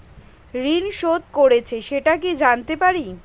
ঋণ শোধ করেছে সেটা কি জানতে পারি?